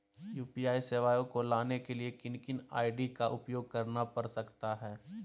UPI सेवाएं को लाने के लिए किन किन आई.डी का उपयोग करना पड़ सकता है?